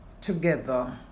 together